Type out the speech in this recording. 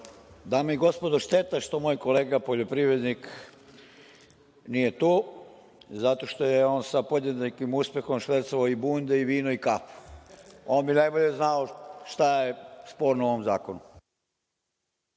Dame i gospodo, šteta je što moj kolega poljoprivrednik nije tu, zato što je on sa podjednakim uspehom švercovao i bunde i vino i kafu. On bi najbolje znao šta je sporno u ovom zakonu.